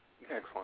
Excellent